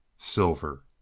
silver.